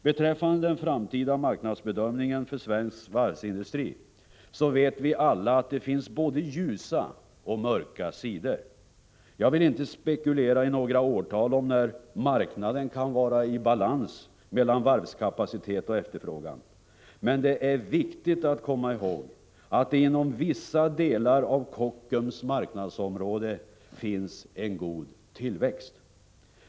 Beträffande den framtida marknadsbedömningen för svensk varvsindustri så vet vi alla att det finns både ljusa och mörka sidor. Jag vill inte spekulera i några årtal om när marknaden kan vara i balans mellan varvskapacitet och efterfrågan. Men det är viktigt att komma ihåg att det inom vissa delar av Kockums marknadsområde finns en god tillväxt.